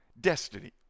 destiny